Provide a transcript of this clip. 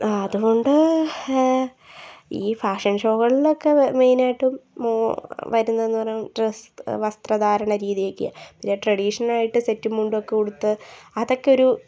അതുകൊണ്ട് ഈ ഫാഷൻ ഷോകളിലൊക്കെ മെയ്നായിട്ടും മോ വരുന്നതെന്ന് പറഞ്ഞാൽ ഡ്രസ്സ് വസ്ത്ര ധാരണ രീതിയൊക്കെയാണ് ഇപ്പം ട്രെഡിഷനായിട്ട് സെറ്റും മുണ്ടൊക്കെ ഉടുത്ത് അതൊക്കെ ഒരു